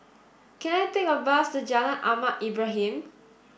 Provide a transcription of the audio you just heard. can I take a bus to Jalan Ahmad Ibrahim